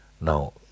Now